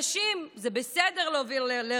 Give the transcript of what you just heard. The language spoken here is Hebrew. זה בסדר להוביל לרפורמה.